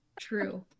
True